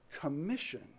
commission